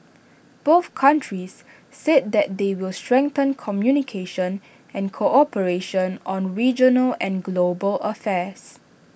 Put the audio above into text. both countries said that they will strengthen communication and cooperation on regional and global affairs